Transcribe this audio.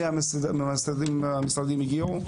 מי מהמשרדים הגיעו?